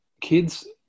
kids